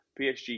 PSG